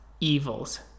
evils